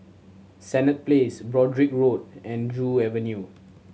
Senett Place Broadrick Road and Joo Avenue